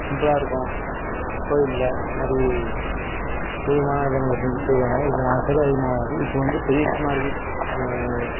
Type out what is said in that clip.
சிம்பிளாக இருக்கும் கோயிலில் மாதிரி பொதுவான இடங்கள்ல செய்வாங்க இதுக்கு செலவும் அதிகமாகாது இப்போ வந்து பெரிய விஷயமா இருக்குது